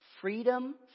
freedom